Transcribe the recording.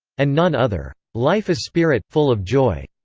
and none other. life is spirit, full of joy.